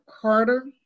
Carter